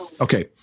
Okay